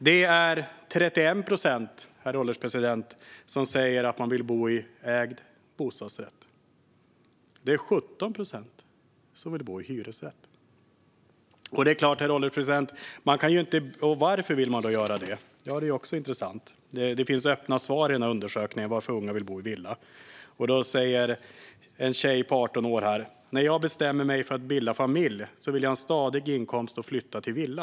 Det är 31 procent som säger att de vill bo i ägd bostadsrätt. Det är 17 procent som vill bo i hyresrätt. Varför vill de bo i villa? Det är också intressant. Det finns öppna svar i denna undersökning om varför unga vill bo i villa. En tjej på 18 år säger: När jag bestämmer mig för att bilda familj vill jag ha en stadig inkomst och flytta till villa.